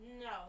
No